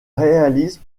réalise